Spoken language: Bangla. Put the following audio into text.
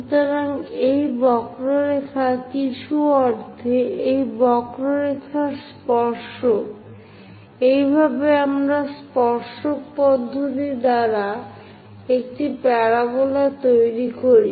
সুতরাং এই বক্ররেখা কিছু অর্থে এই বক্ররেখার স্পর্শক এইভাবে আমরা স্পর্শক পদ্ধতি দ্বারা একটি প্যারাবোলা তৈরি করি